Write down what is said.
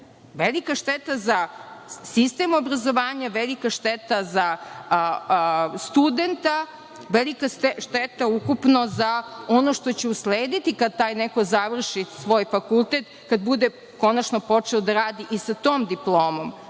Velika šteta za sistem obrazovanja, velika šteta za studenta, velika šteta ukupno za ono što će uslediti kad taj neko završi svoj fakultet, kad bude konačno počeo da radi. Sa tom diplomom,